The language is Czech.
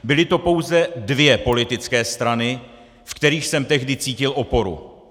Byly to pouze dvě politické strany, ve kterých jsem tehdy cítil oporu.